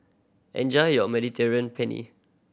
enjoy your Mediterranean Penne